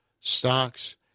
stocks